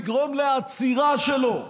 נגרום לעצירה שלו.